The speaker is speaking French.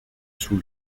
sous